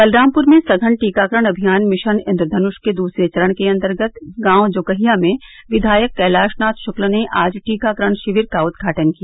बलरामपुर में सघन टीकाकरण अभियान मिशन इंद्रधनुष के दूसरे चरण के अंतर्गत गांव जोकाहिया में विधायक कैलाशनाथ शुक्ल ने आज टीकाकरण शिविर का उद्घाटन किया